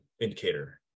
indicator